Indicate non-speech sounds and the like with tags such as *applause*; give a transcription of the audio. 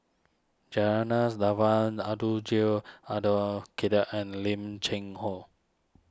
*unintelligible* Devan Abdul Jill Abdul Kadir and Lim Cheng Hoe